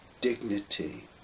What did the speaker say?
dignity